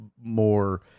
more